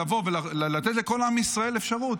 לתת לכל עם ישראל אפשרות,